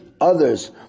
others